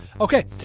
Okay